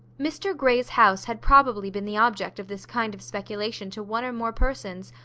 mr grey's house had probably been the object of this kind of speculation to one or more persons,